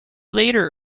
later